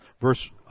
Verse